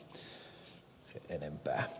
arvoisa puhemies